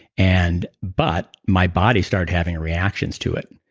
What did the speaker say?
and but, my body started having reactions to it.